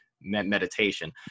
meditation